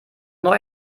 neu